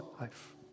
life